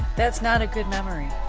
that's not a good memory.